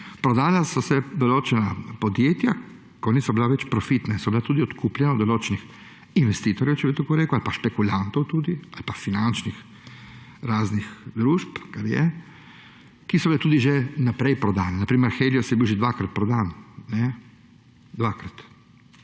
Prodala so se določena podjetja, ko niso bila več profitna in so bila tudi odkupljena od določenih investitorjev ali pa špekulantov ali pa raznih finančnih družb, ki so bile tudi že naprej prodane. Na primer Helios je bil že dvakrat prodan. Dvakrat.